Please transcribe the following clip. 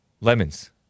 lemons